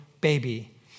baby